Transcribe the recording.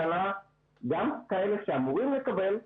השנה גם אלה שאמורים לקבל,